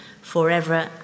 forever